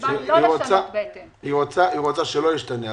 היא רוצה שלא ישתנה.